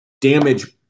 Damage